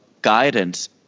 guidance